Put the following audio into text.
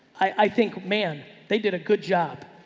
i think man, they did a good job.